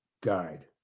Guide